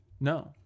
no